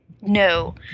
No